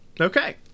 okay